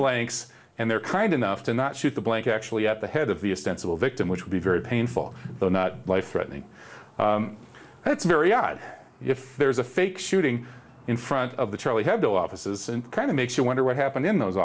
blanks and they're kind enough to not shoot the blank actually at the head of the extensible victim which would be very painful though not life threatening it's very odd if there's a fake shooting in front of the charlie hebdo offices and kind of makes you wonder what happened in those